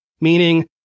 meaning